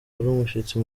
umushyitsi